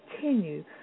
continue